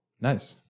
Nice